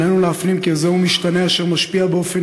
עלינו להפנים שזהו משתנה אשר משפיע באופן